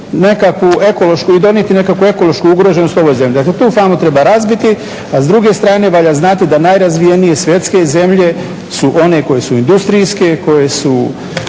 nekakvu ekološku i donijeli nekakvu ekološku ugroženost ovoj zemlji, dakle tu famu treba razbiti. A s druge strane valja znati da najrazvijenije svjetske zemlje su one koje su industrijske kao što